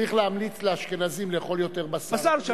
צריך להמליץ לאשכנזים לאכול יותר בשר,